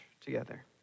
together